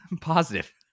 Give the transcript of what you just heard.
positive